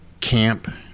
camp